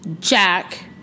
Jack